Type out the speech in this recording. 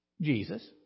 Jesus